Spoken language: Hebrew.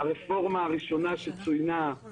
הרפורמה הראשונה שצוינה היא